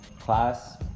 class